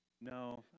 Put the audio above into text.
no